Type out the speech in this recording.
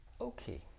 okay